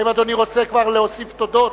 האם אדוני רוצה כבר להוסיף תודות?